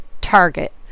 target